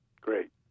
Great